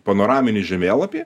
panoraminį žemėlapį